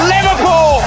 Liverpool